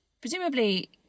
Presumably